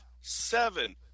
seven